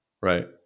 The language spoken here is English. right